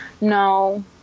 no